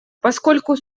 поскольку